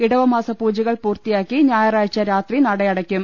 ഇടവമാസ പൂജകൾ പൂർത്തി യാക്കി ഞായറാഴ്ച രാത്രി നടയടയ്ക്കും